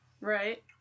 right